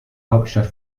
hauptstadt